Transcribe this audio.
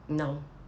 no